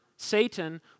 Satan